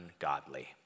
ungodly